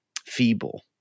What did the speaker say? feeble